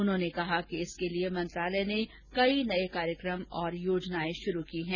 उन्होंने कहा कि इसके लिए मंत्रालय ने कई नये कार्यक्रम और योजनाएं शुरू की हैं